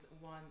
one